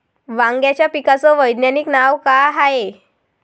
वांग्याच्या पिकाचं वैज्ञानिक नाव का हाये?